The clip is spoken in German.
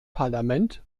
parlament